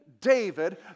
David